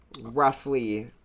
roughly